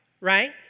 right